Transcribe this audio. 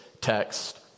text